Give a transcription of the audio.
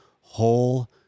whole